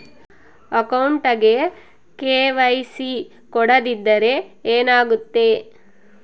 ಅಕೌಂಟಗೆ ಕೆ.ವೈ.ಸಿ ಕೊಡದಿದ್ದರೆ ಏನಾಗುತ್ತೆ?